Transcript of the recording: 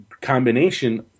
combination